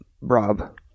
Rob